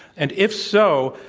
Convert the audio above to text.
and, if so,